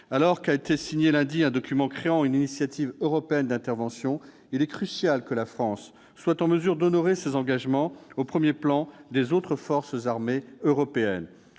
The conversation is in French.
Alors qu'a été signé lundi un document créant une initiative européenne d'intervention, il est crucial que la France soit en mesure d'honorer ses engagements, en se situant à la pointe des forces armées européennes.